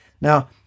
now